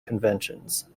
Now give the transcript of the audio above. conventions